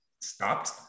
stopped